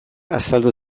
azaldu